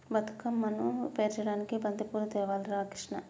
బతుకమ్మను పేర్చడానికి బంతిపూలు తేవాలి రా కిష్ణ